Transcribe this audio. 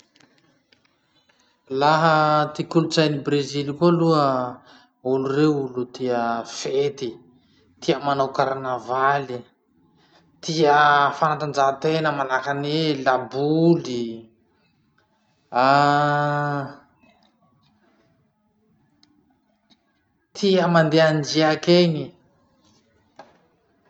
Laha ty kolotsain'ny brezily koa aloha, olo reo tia fety, tia manao carnaval, tia fanatanjahatena manahaky any laboly. tia mandeha andriaky eny.